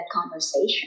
conversation